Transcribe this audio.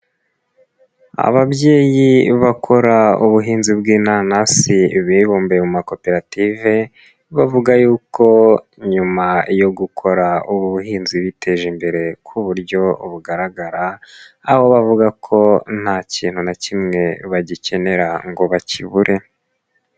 Ababyeyi bakora ubuhinzi bw'inanasi bibumbiye mu makoperative, bavuga yuko nyuma yo gukora ubu buhinzi biteje imbere ku buryo bugaragara, aho bavuga ko nta kintu na kimwe bagikenera ngo bakibure.